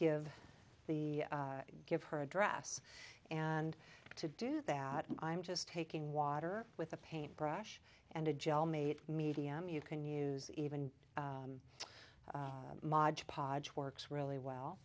give the give her address and to do that and i'm just taking water with a paint brush and a gel made medium you can use even magia podge works really well